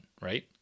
right